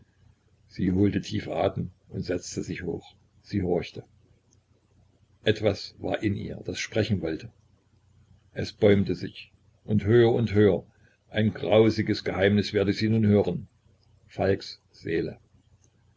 sie holte tief atem und setzte sich hoch sie horchte etwas war in ihr das sprechen wollte es bäumte sich und höher und höher ein grausiges geheimnis werde sie nun hören falks seele